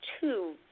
two